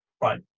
Right